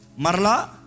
marla